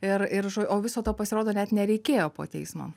ir ir žo o viso to pasirodo net nereikėjo po teismo